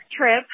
trip